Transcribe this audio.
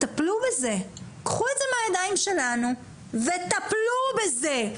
טפלו בזה, קחו את זה מהידיים שלנו ותטפלו בזה.